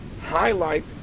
highlight